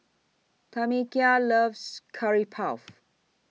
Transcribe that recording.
Tamekia loves Curry Puff